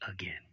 again